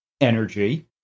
energy